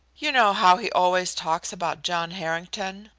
you know how he always talks about john harrington?